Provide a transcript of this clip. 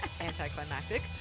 anticlimactic